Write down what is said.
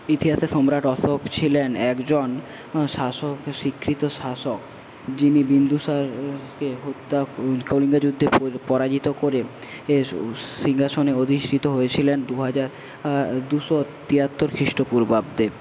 ইতিহাসে সম্রাট অশোক ছিলেন একজন শাসক স্বীকৃত শাসক যিনি বিন্দুসারকে হত্যা কলিঙ্গ যুদ্ধে পরাজিত করে এর সিংহাসনে অধিষ্ঠিত হয়েছিলেন দু হাজার দুশো তিয়াত্তর খ্রিস্ট পুর্বাব্দে